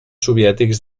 soviètics